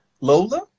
Lola